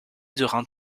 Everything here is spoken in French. durant